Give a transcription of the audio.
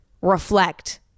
reflect